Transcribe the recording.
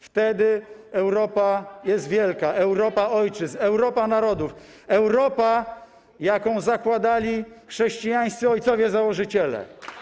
Wtedy Europa jest wielka, Europa ojczyzn, Europa narodów, Europa, jaką zakładali chrześcijańscy ojcowie założyciele.